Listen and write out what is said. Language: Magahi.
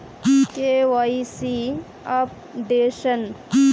KYC updation?